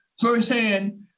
firsthand